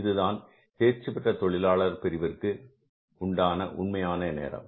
இதுதான் தேர்ச்சிபெற்ற தொழிலாளர் பிரிவினருக்கு உண்டான உண்மையான நேரம்